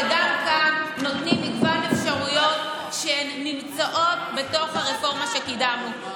וגם כאן נותנים מגוון אפשרויות שנמצאות בתוך הרפורמה שקידמנו.